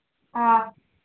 ꯑ